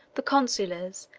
the consulars,